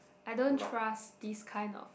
I don't trust these kind of